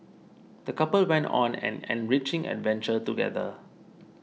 the couple went on an enriching adventure together